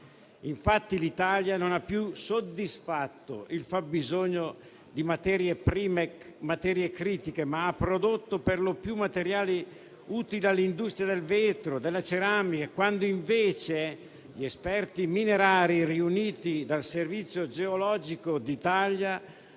passato. L'Italia non ha più soddisfatto il fabbisogno di materie prime critiche, ma ha prodotto perlopiù materiali utili all'industria del vetro, della ceramica, quando invece gli esperti minerari riuniti dal servizio geologico d'Italia